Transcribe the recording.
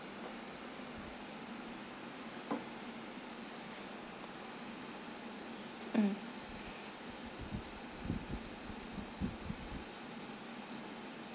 mm